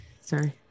Sorry